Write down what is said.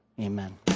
Amen